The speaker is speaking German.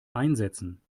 einsetzen